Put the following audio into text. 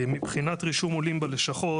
מבחינת רישום עולים בלשכות,